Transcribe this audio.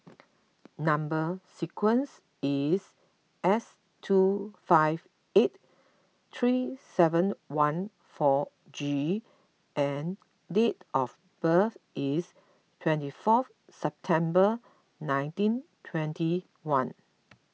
Number Sequence is S two five eight three seven one four G and date of birth is twenty fourth September nineteen twenty one